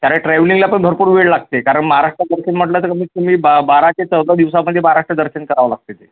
कारण ट्रॅव्हलिंगला पण भरपूर वेळ लागते कारण महाराष्ट्र दर्शन म्हटलं तर कमीत कमी बा बारा ते चौदा दिवसामध्ये महाराष्ट्र दर्शन करावं लागतं आहे ते